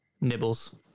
Nibbles